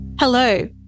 Hello